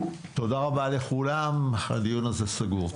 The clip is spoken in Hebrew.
תודה רבה לכולם, הדיון הזה סגור.